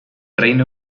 reino